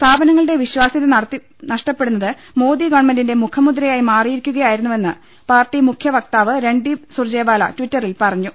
സ്ഥാപനങ്ങ ളുടെ വിശ്വാസ്യത നഷ്ടപ്പെടുന്നത് മോദി ഗവൺമെന്റിന്റെ മുഖ മുദ്രയായി മാറിയിരിക്കുന്നുവെന്ന് പാർട്ടി മുഖ്യവക്താവ് രൺദീപ് സുർജെവാല ട്വിറ്ററിൽ പറഞ്ഞു